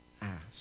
ask